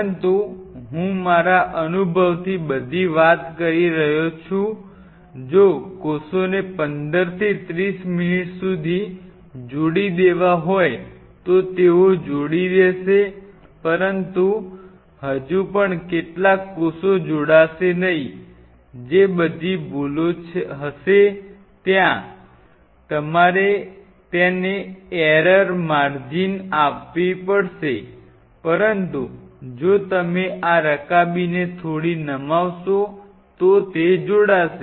પરંતુ આ હું મારા અનુભવથી બધી વાત કરી રહ્યો છું જો કોષોને 15 થી 30 મિનિટ સુધી જોડી દેવા હોય તો તેઓ જોડી દેશે પરંતુ હજુ પણ કેટલાક કોષો જોડાશે નહીં જે બધી ભૂલો હશે ત્યાં તમારે તેને એરર માર્જિન આપ વી પડશે પરંતુ જો તમે આ રકાબીને થોડી નમાવશો તો તે જોડાશે